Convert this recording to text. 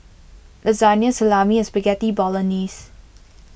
Lasagna Salami and Spaghetti Bolognese